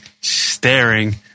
staring